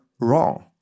wrong